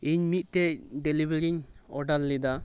ᱤᱧ ᱢᱤᱫᱴᱮᱱ delivery order ᱞᱮᱫᱟ